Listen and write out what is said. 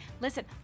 Listen